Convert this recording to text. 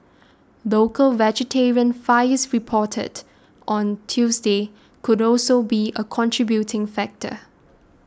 local vegetarian fires reported on Tuesday could also be a contributing factor